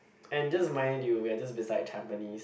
and just mind you we are just beside Tampines